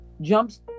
jumps